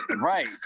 right